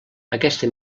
aquesta